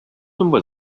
sommes